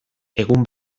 egun